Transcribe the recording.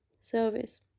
service